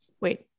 wait